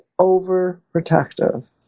overprotective